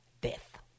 death